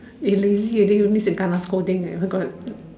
you lazy already means you kena scolding already where God